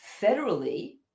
federally